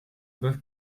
boeuf